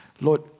Lord